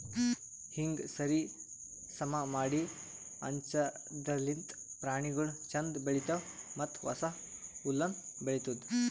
ಹೀಂಗ್ ಸರಿ ಸಮಾ ಮಾಡಿ ಹಂಚದಿರ್ಲಿಂತ್ ಪ್ರಾಣಿಗೊಳ್ ಛಂದ್ ಬೆಳಿತಾವ್ ಮತ್ತ ಹೊಸ ಹುಲ್ಲುನು ಬೆಳಿತ್ತುದ್